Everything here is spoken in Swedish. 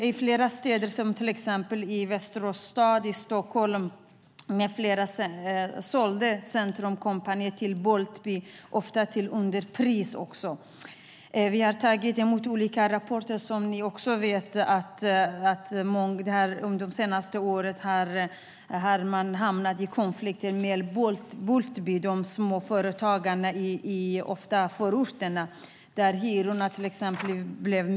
Till exempel har Västerås stad och Stockholms stad sålt Centrumkompaniets lokaler till Boultbee, ofta till underpris. Vi har tagit emot olika rapporter där det framgår att under de senaste åren har ett flertal småföretagare i förorterna hamnat i konflikt med Boultbee.